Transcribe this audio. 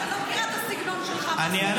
--- לא מכירה את הסגנון --- אני לא